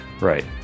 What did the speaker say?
Right